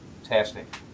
fantastic